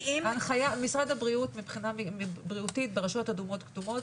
משרד הבריאות מבחינה בריאותית ברשויות אדומות וכתומות